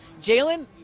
Jalen